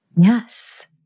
Yes